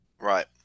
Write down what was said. Right